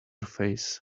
face